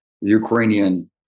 Ukrainian